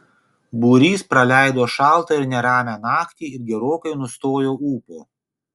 būrys praleido šaltą ir neramią naktį ir gerokai nustojo ūpo